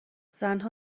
زنها